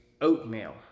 oatmeal